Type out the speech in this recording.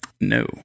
No